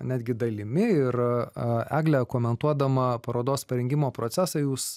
netgi dalimi ir egle komentuodama parodos parengimo procesą jūs